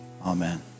Amen